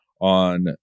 on